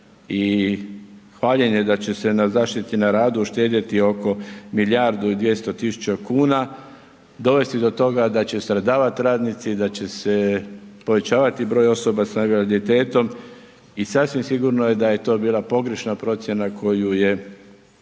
i hvaljenje da će se na zaštiti na radu uštedjeti oko milijardu i dvjesto tisuća kuna, dovesti do toga da će stradavati radnici, da će se povećavati broj osoba s invaliditetom i sasvim sigurno je da je to bila pogrešna procjena koju je